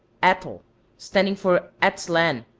atl standing for atzlan,